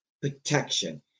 protection